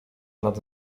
nad